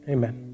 Amen